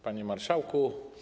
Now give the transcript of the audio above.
Panie Marszałku!